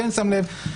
כן שם לב.